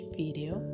video